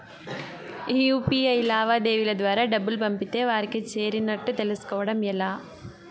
UPI లావాదేవీల ద్వారా డబ్బులు పంపితే వారికి చేరినట్టు తెలుస్కోవడం ఎలా?